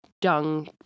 dung